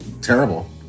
terrible